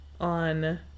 on